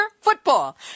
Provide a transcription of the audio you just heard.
football